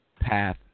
path